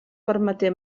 permeté